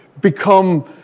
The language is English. become